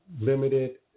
limited